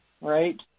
right